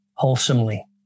Wholesomely